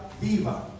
Viva